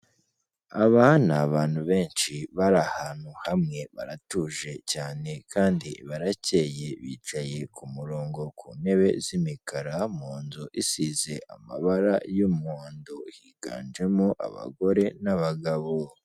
Aba ni abantu benshi bari ahantu hamwe baratuje cyane kandi barakeye, bicaye ku murongo ku ntebe z'imikara mun nzu isize amabara y'umuhondo, higanjemo abagore n'abagabo.